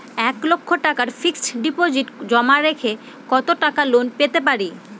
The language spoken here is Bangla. এক লক্ষ টাকার ফিক্সড ডিপোজিট জমা রেখে কত টাকা লোন পেতে পারি?